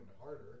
harder